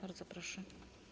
Bardzo proszę.